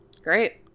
Great